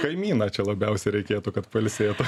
kaimyną čia labiausiai reikėtų kad pailsėtų